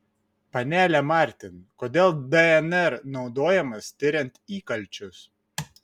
panele martin kodėl dnr naudojamas tiriant įkalčius